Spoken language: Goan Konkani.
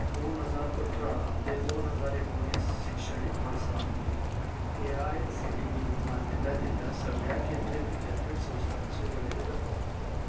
दोन हजार अठरा ते दोन हजार एकुणीस शिक्षणीक वर्सा ए आय सी टी ईन मान्यताय दिल्ल्या सगळ्यां केंद्रीय विद्यापीठ संस्थांची वळेरी दाखय